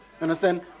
Understand